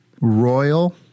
royal